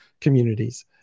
communities